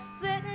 sitting